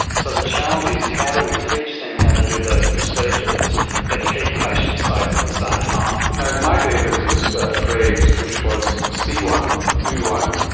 so the challenge is how do we teach them how to do those procedures but keep patients safe at the same time. in my day there was a phrase which was see one, do one,